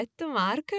Mark